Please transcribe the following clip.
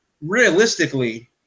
Realistically